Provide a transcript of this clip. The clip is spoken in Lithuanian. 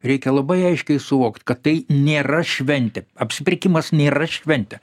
reikia labai aiškiai suvokt kad tai nėra šventė apsipirkimas nėra šventė